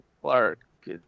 Clark